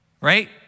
right